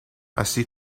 así